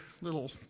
little